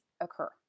occur